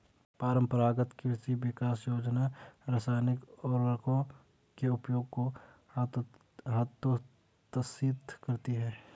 परम्परागत कृषि विकास योजना रासायनिक उर्वरकों के उपयोग को हतोत्साहित करती है